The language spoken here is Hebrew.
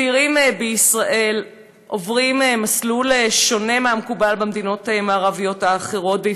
צעירים בישראל עוברים מסלול שונה מהמקובל במדינות המערביות האחרות,